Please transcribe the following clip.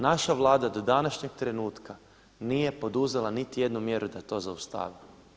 Naša Vlada do današnjeg trenutka nije poduzela niti jednu mjeru da to zaustavi.